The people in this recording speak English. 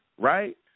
right